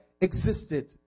existed